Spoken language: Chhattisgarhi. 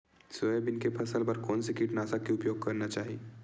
सोयाबीन के फसल बर कोन से कीटनाशक के उपयोग करना चाहि?